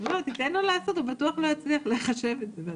תן לו לעשות, הוא בטוח לא יצליח לחשב את זה בעצמו.